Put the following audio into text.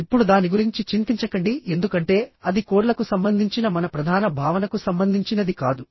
ఇప్పుడు దాని గురించి చింతించకండి ఎందుకంటే అది కోర్లకు సంబంధించిన మన ప్రధాన భావనకు సంబంధించినది కాదు